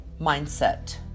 mindset